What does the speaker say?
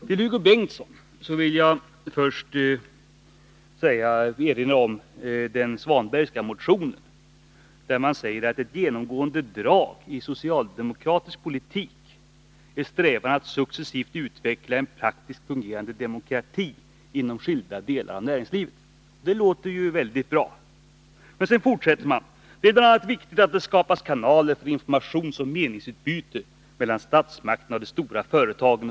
Till Hugo Bengtsson: Jag vill först erinra om den Svanbergska motionen, där man säger att ett genomgående drag i den socialdemokratiska politiken är en strävan att successivt utveckla en praktiskt fungerande demokrati inom skilda delar av näringslivet. Det låter ju väldigt bra. Men sedan fortsätter man: Det är bl.a. viktigt att det skapas kanaler för informationsoch meningsutbyte mellan statsmakterna och de stora företagen.